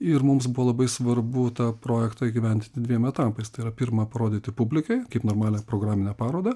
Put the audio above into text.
ir mums buvo labai svarbu tą projektą įgyvendinti dviem etapais tai yra pirma parodyti publikai kaip normalią programinę parodą